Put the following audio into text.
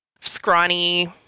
scrawny